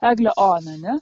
eglė ona ane